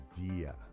idea